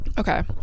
Okay